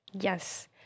Yes